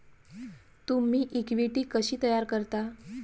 तुम्ही इक्विटी कशी तयार करता?